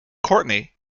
courtney